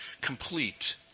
complete